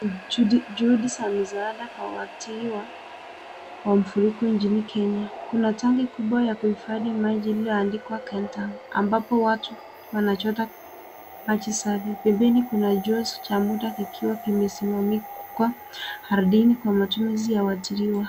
Juhudi za mizaada kwa waathiriwa wa mfuriko njini kenya kuna rangi kubwa ya kuhifadhi maji lililoandikwa kentank ambapo watu wanajota maji safi, pembeni kuna joshi cha muda kimesimamishwa ardhini kwa matumizi ya waathiriwa.